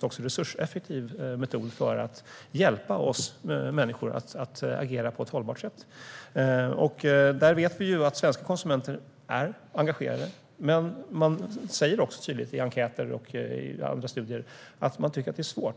också resurseffektiva metoder för att hjälpa oss människor att agera på ett hållbart sätt. Där vet vi att svenska konsumenter är engagerade. De säger också tydligt i enkäter och i andra studier att de tycker att det är svårt.